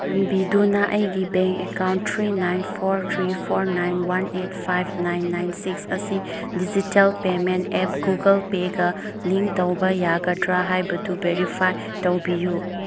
ꯆꯥꯟꯕꯤꯗꯨꯅ ꯑꯩꯒꯤ bank account three nine four three four nine one eight five nine nine six ꯑꯁꯤ digital payment app Google ꯄꯦꯒ ꯂꯤꯡ ꯇꯧꯕ ꯌꯥꯒꯗ꯭ꯔꯥ ꯍꯥꯏꯕꯗꯨ ꯚꯦꯔꯤꯐꯥꯏ ꯇꯧꯕꯤꯌꯨ